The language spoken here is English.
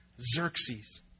Xerxes